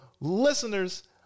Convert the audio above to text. Listeners